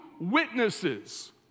witnesses